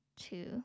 two